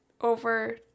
over